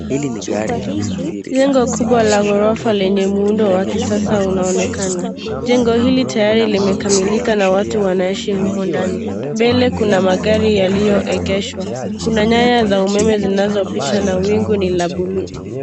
Jengo kubwa la ghorofa lenye muundo wa kisasa unaonekana. Jengo hili tayari limekamilika na watu wanaishi humu ndani. Mbele kuna magari yaliyoegeshwa. Kuna nyaya za umeme zinazopita na wingu ni la buluu.